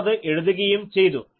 നമ്മളത് എഴുതുകയും ചെയ്തു